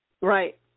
Right